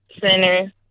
Center